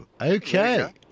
okay